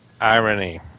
Irony